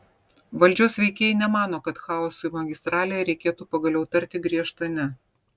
valdžios veikėjai nemano kad chaosui magistralėje reikėtų pagaliau tarti griežtą ne